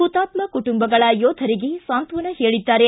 ಪುತಾತ್ತ ಕುಂಟುಂಬಗಳ ಯೋಧರಿಗೆ ಸಾಂತ್ವನ ಹೇಳಿದ್ದಾರೆ